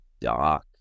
dark